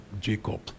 Jacob